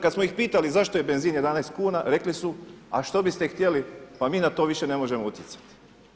Kada smo ih pitali zašto je benzin 11 kuna, rekli su a što biste htjeli pa na to više ne možemo utjecati.